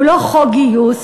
הוא לא חוק גיוס,